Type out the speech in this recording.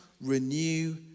renew